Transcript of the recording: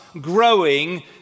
growing